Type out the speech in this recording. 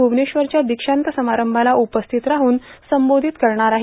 भूवनेश्वरच्या दिक्षांत समारंभाला उपस्थित राहुन संबोधित करतील